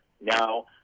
now